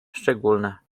szczególne